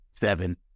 seven